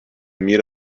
meet